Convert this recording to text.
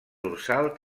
dorsal